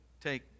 take